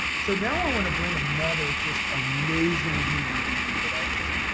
so now i want to bring another just amazing human being that i've just,